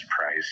price